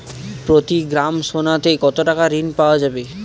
প্রতি গ্রাম সোনাতে কত টাকা ঋণ পাওয়া যাবে?